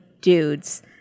dudes